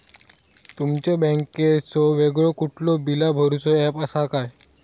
तुमच्या बँकेचो वेगळो कुठलो बिला भरूचो ऍप असा काय?